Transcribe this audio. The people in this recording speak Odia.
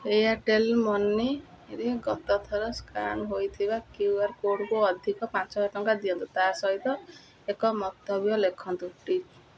ଏୟାର୍ଟେଲ୍ ମନିରେ ଗତ ଥର ସ୍କାନ୍ ହୋଇଥିବା କ୍ଯୁ ଆର କୋର୍ଡ଼୍କୁ ଅଧିକ ପାଞ୍ଚ ହଜାର ଟଙ୍କା ଦିଅନ୍ତୁ ତା ସହିତ ଏକ ମନ୍ତବ୍ୟ ଲେଖନ୍ତୁ ଟିପ୍